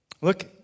Look